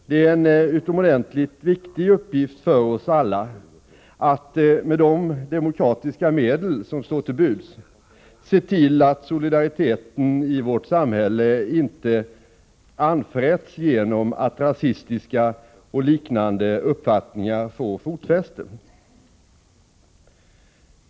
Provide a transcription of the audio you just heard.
Det är en utomordentligt viktig uppgift för oss alla att — med de demokratiska medel som står till buds — se till att solidariteten i vårt samhälle inte anfräts genom att rasistiska och liknande uppfattningar får fotfäste.